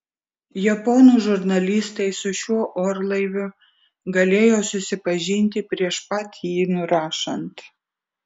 japonų žurnalistai su šiuo orlaiviu galėjo susipažinti prieš pat jį nurašant